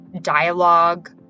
dialogue